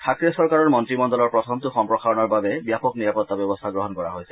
থাকৰে চৰকাৰৰ মন্নীমণ্ডলৰ প্ৰথমটো সম্প্ৰসাৰণৰ বাবে ব্যাপক নিৰাপত্তা ব্যৱস্থা গ্ৰহণ কৰা হৈছে